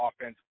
offense